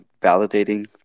validating